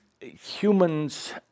Humans